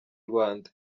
rwanda